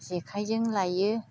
जेखाइजों लाइयो